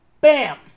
bam